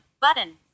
button